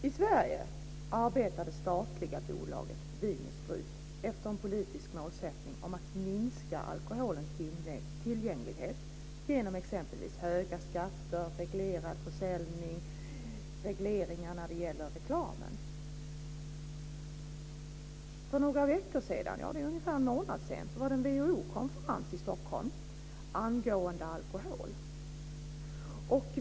I Sverige arbetar det statliga bolaget Vin & Sprit efter en politisk målsättning om att minska alkoholens tillgänglighet genom exempelvis höga skatter, reglerad försäljning, och reglering när det gäller reklamen. För några veckor sedan, ungefär en månad sedan, var det en WHO-konferens i Stockholm angående alkohol.